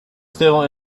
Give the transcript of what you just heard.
still